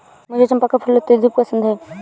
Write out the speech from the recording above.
मुझे चंपा का फूल अत्यधिक पसंद है